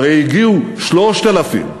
הרי הגיעו 3,000,